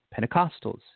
Pentecostals